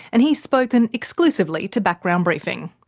and he's spoken exclusively to background briefing.